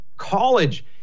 College